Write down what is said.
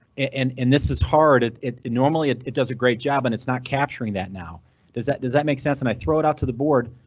and and this is hard at it. normally it it does a great job and it's not capturing that now does that? does that make sense? and i throw it out to the board?